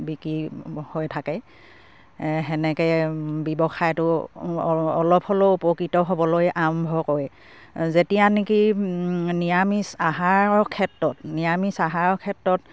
বিক্ৰী হৈ থাকে সেনেকে ব্যৱসায়টো অলপ হ'লেও উপকৃত হ'বলৈ আৰম্ভ কৰে যেতিয়া নেকি নিৰামিষ আহাৰৰ ক্ষেত্ৰত নিৰামিষ আহাৰৰ ক্ষেত্ৰত